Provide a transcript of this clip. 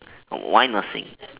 why nursing